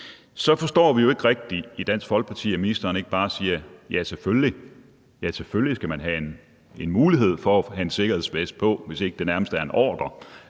så forstår vi ikke i Dansk Folkeparti, at ministeren ikke bare siger, ja, selvfølgelig skal man have en sikkerhedsvest på, hvis ikke det nærmest er en ordre,